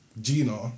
Gina